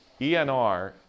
ENR